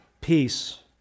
Peace